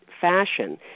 fashion